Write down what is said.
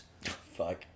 Fuck